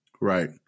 Right